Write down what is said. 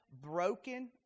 broken